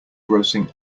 grossing